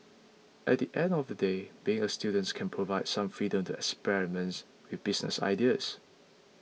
at the end of the day being a students can provide some freedom to experiments with business ideas